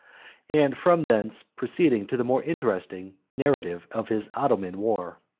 and from thence proceed to the more interesting narrative of his ottoman war.